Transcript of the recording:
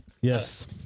Yes